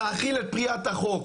להכיל את פריעת החוק.